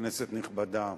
כנסת נכבדה,